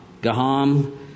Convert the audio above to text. Gaham